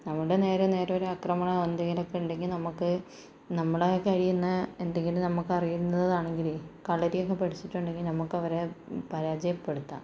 നമ്മുടെ നേരെ നേരെ ഒരാക്രമണം എന്തെങ്കിലുമൊക്കെ ഉണ്ടെങ്കിൽ നമുക്ക് നമ്മളാൽ കഴിയുന്ന എന്തെങ്കിലും നമ്മക്കറിയുന്നതാണെങ്കില് കളരിയൊക്കെ പഠിച്ചിട്ടുണ്ടെങ്കിൽ നമുക്കവരെ പരാജയപ്പെടുത്താം